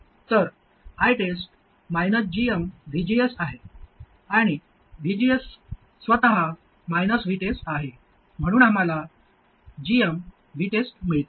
तर ITEST gmVGS आहे आणि VGS स्वतः VTEST आहे म्हणून आम्हाला gm VTEST मिळते